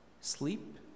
Sleep